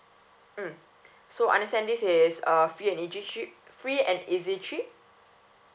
mm so I understand this is a free and easy trip free and easy trip